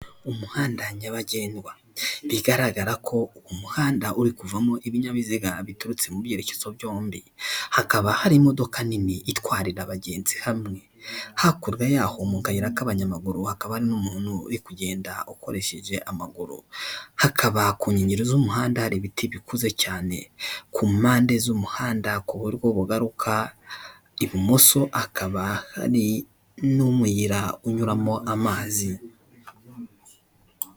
Umuhanda nyabagendwa. Bigaragara ko umuhanda uri kuvamo ibinyabiziga biturutse mu byerekezo byombi. Hakaba hari imodoka nini itwarira abagenzi hamwe. Hakurya yaho mu kayira k'abanyamaguru hakaba hari n'umuntu uri kugenda ukoresheje amaguru. Hakaba ku nkengero z'umuhanda hari ibiti bikuze cyane. Ku mpande z'umuhanda ku buryo bugaruka, ibumoso hakaba hari n'umuyira unyuramo amazi.